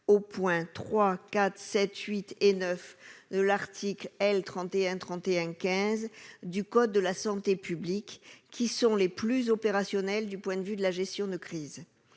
aux 3°, 4°, 7°, 8° et 9° de l'article L. 3131-15 du code de la santé publique, les plus opérationnels du point de vue de la gestion de crise.